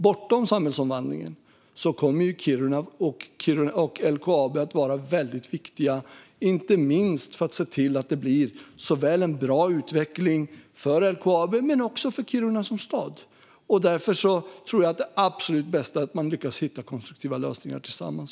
Bortom samhällsomvandlingen kommer Kiruna och LKAB att vara väldigt viktiga för att se till att det blir en bra utveckling för både LKAB och Kiruna som stad. Därför vore det allra bäst om man tillsammans kunde hitta konstruktiva lösningar.